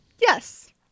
yes